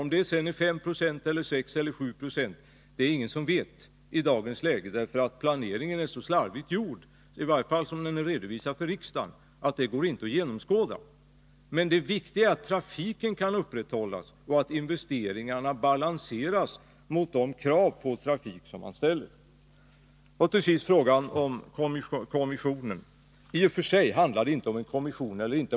Om det sedan är 5, 6 eller 7 96 är det ingen som vet i dagens läge, därför att planeringen är så slarvigt gjord, i varje fall som den redovisats för riksdagen, att det inte går att genomskåda detta. Men det viktiga är att trafiken kan upprätthållas och att investeringarna balanseras mot de krav på trafiken som man har rätt att ställa. Till sist frågan om kommissionen. I och för sig handlar det inte om huruvida man skall ha en kommission eller inte.